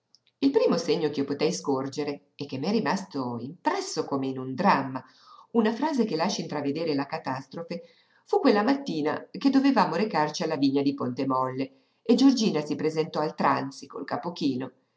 il primo segno ch'io potei scorgere e che m'è rimasto impresso come in un dramma una frase che lasci intravedere la catastrofe fu quella mattina che dovevamo recarci alla vigna di ponte molle e giorgina si presentò al tranzi col capo chino